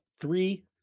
three